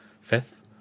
fifth